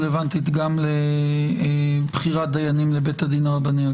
רלוונטית גם לבחירת דיינים לבית הדין הרבני,